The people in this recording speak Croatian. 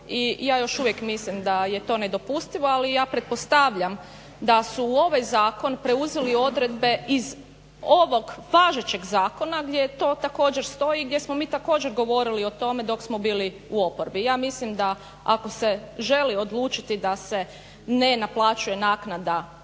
i ja još uvijek mislim da je to nedopustivo ali ja pretpostavljam da su u ovaj zakon preuzeli odredbe iz ovog važećeg zakona gdje to također stoji, i gdje smo mi također govorili o tome dok smo bili u oporbi. Ja mislim da ako se želi odlučiti da se ne naplaćuje naknada